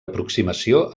aproximació